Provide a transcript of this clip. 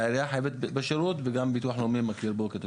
העירייה חייבת לתת שירות וגם ביטוח לאומי מכיר בו.